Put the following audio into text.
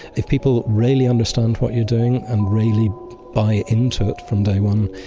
if people really understand what you're doing and really buy into it from day one,